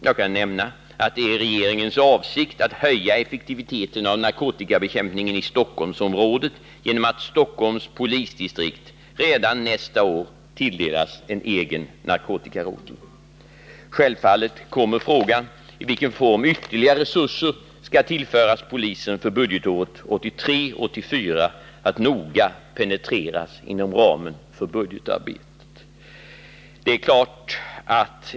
Jag kan nämna att det är regeringens avsikt att höja effektiviteten av narkotikabekämpningen i Stockholmsområdet genom att Stockholms polisdistrikt redan nästa år tilldelas en egen narkotikarotel. Självfallet kommer frågan i vilken form ytterligare resurser skall tillföras polisen för budgetåret 1983/84 att noga penetreras inom ramen för budgetarbetet.